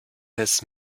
has